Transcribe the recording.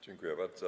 Dziękuję bardzo.